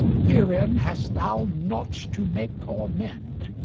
herein hast thou naught to make or mend,